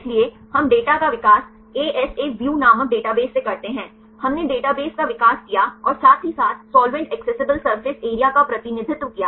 इसलिए हम डेटा का विकास ASAView नामक डेटाबेस से करते हैं हमने डेटाबेस का विकास किया और साथ ही साथ सॉल्वेंट एक्सेसिबल सरफेस एरिया का प्रतिनिधित्व किया